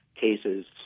cases